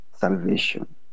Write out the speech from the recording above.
salvation